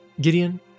Gideon